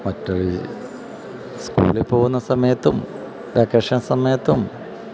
മറ്റ് സ്കൂളിൽ പോകുന്ന സമയത്തും വെക്കേഷൻ സമയത്തും